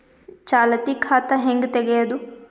ಚಾಲತಿ ಖಾತಾ ಹೆಂಗ್ ತಗೆಯದು?